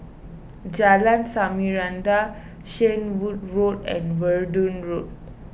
Jalan Samarinda Shenvood Road and Verdun Road